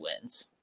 wins